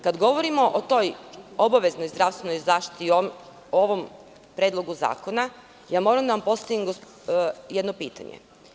Kada govorimo o toj obaveznoj zdravstvenoj zaštiti i o ovom predlogu zakona, moram da postavim jedno pitanje.